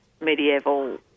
medieval